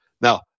Now